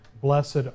Blessed